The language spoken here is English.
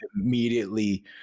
immediately